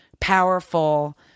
powerful